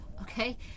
okay